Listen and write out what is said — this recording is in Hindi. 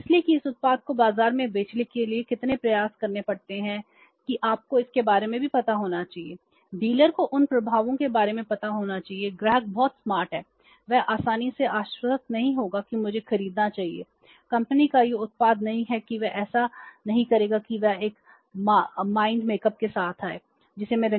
इसलिए कि इस उत्पाद को बाजार में बेचने के लिए कितने प्रयास करने पड़ते हैं कि आपको इसके बारे में भी पता होना चाहिए डीलर खरीदना चाहता हूँ